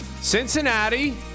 cincinnati